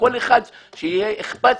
שכל אחד יהיה קודם כל אכפתי.